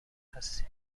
هستی